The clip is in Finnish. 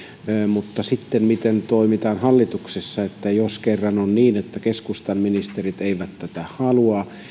mutta sitten se miten toimitaan hallituksessa jos kerran on niin että keskustan ministerit eivät tätä